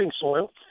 soil